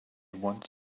once